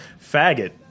faggot